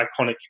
iconic